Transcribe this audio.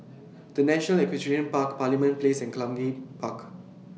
The National Equestrian Park Parliament Place and Cluny Park